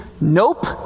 Nope